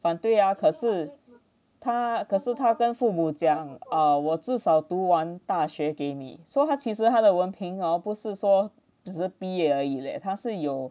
反对呀可是他可是他跟父母讲 err 我至少读完大学给你 so 他其实他的文凭 hor 不是说只是毕业而已 leh 他是有